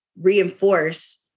reinforce